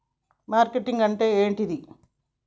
Marketing అంటే ఏంటిది?